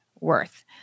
worth